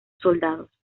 soldados